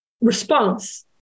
response